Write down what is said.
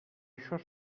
això